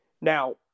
Now